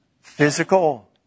physical